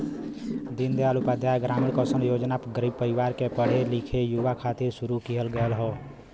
दीन दयाल उपाध्याय ग्रामीण कौशल योजना गरीब परिवार के पढ़े लिखे युवा खातिर शुरू किहल गयल हौ